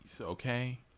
Okay